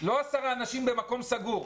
לא עשרה אנשים במקום סגור.